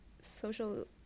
social